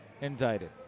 indicted